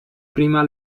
prima